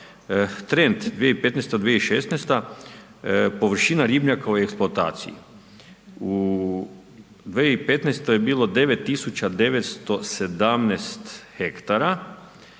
trend 2015. – 2016. površina ribnjaka u eksploataciji. U 2015. je bilo 9.917 hektara,